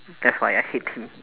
that's why I hate him